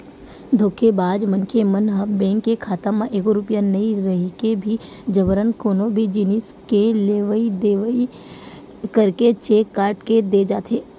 धोखेबाज मनखे मन ह बेंक के खाता म एको रूपिया नइ रहिके भी जबरन कोनो भी जिनिस के लेवई देवई करके चेक काट के दे जाथे